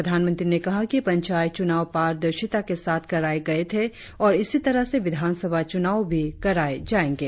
प्रधानमंत्री ने कहा कि पंचायत चुनाव पारदर्शिता के साथ कराए गये थे और इसी तरह से विधानसभा चुनाव भी कराए जाएंगे